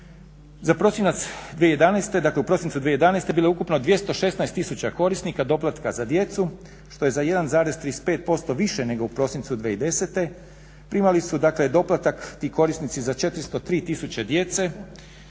Za prosinac 2011., dakle u prosincu 2011. bilo je ukupno 216 tisuća korisnika doplatka za djecu što je za 1,35% više nego u prosincu 2010. Primali su dakle doplatak ti korisnici za 403 tisuće djece